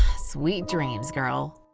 sweet dreams, girl!